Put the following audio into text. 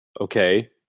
okay